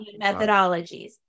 Methodologies